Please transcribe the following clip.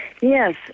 Yes